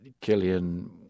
Killian